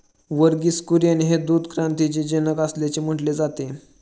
वर्गीस कुरियन हे दूध क्रांतीचे जनक असल्याचे म्हटले जाते